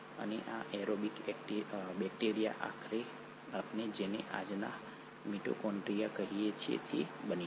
અને આ aerobic bacteria આખરે આપણે જેને આજના મિટોકોન્ડ્રિયા કહીએ છીએ તે બની ગયા